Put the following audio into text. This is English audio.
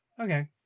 Okay